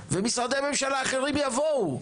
ומשרדי ממשלה אחרים יבואו.